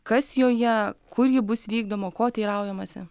kas joje kur ji bus vykdoma ko teiraujamasi